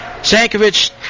Sankovic